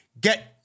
get